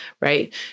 Right